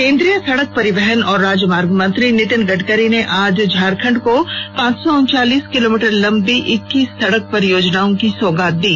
केंद्रीय सड़क परिवहन और राजमार्ग मंत्री नीतिन गड़करी ने आज झारखंड को पांच सौ उनचालीस किलोमीटर लंबी इक्कीस सड़क परियोजनाओं की सौगात दी